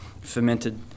fermented